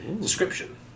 Description